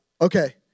Okay